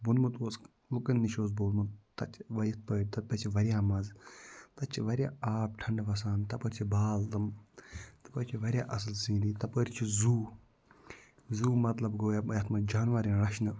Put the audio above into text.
ووٚنمُت اوس لُکَن نِش اوس بوٗزمُت تَتہِ وۄںۍ یِتھ پٲٹھۍ تہٕ تَتہِ چھِ واریاہ مَزٕ تَتہِ چھِ واریاہ آب ٹھنٛڈٕ وَسان تَپٲرۍ چھِ بال تِم تَپٲرۍ چھِ واریاہ اَصٕل سیٖنری تَپٲرۍ چھِ زوٗ زوٗ مطلب گوٚو یہ یَتھ منٛز جانوَر یِن رچھنہٕ